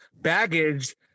baggage